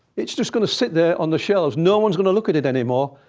it's just going to sit there on the shelves. no one's going to look at it anymore,